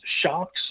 shocks